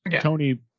Tony